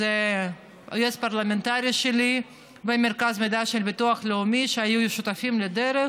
אז היועץ הפרלמנטרי שלי ומרכז המידע של הביטוח הלאומי היו שותפים לדרך,